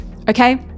Okay